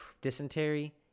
dysentery